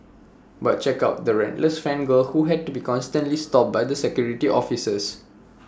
but check out the relentless fan girl who had to be constantly stopped by the security officers